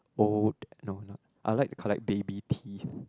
old no no I would like to collect baby teeth